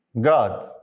God